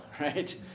right